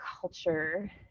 culture